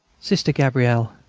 sister gabrielle!